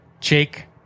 Jake